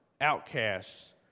outcasts